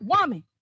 woman